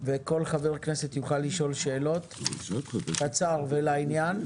וכל חבר כנסת יוכל לשאול שאלות קצר ולעניין.